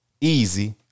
Easy